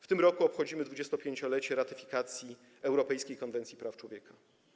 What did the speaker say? W tym roku obchodzimy 25-lecie ratyfikacji europejskiej konwencji praw człowieka.